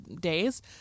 days